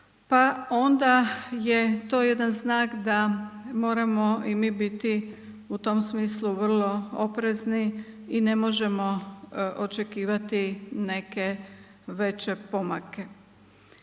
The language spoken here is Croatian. pa onda je to jedan znak da moramo i mi biti u tom smislu vrlo oprezni i ne možemo očekivati neke veće pomake.